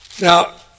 Now